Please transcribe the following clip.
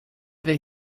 they